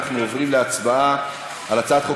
אנחנו עוברים להצבעה על הצעת חוק